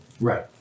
right